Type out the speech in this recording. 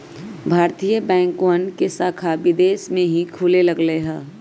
भारतीय बैंकवन के शाखा विदेश में भी खुले लग लय है